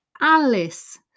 Alice